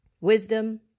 wisdom